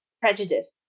prejudice